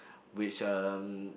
which um